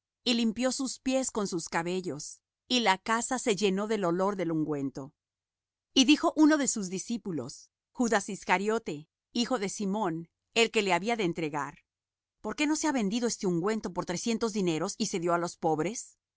y limpió sus pies con sus cabellos y la casa se llenó del olor del ungüento y dijo uno de sus discípulos judas iscariote hijo de simón el que le había de entregar por qué no se ha vendido este ungüento por trescientos dineros y se dió á los pobres